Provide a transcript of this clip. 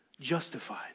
justified